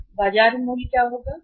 क्या है बाजार मूल्य बाजार